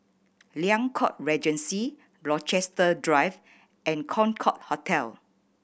Liang Court Regency Rochester Drive and Concorde Hotel